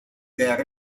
der